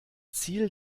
ziel